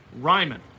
Ryman